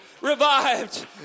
revived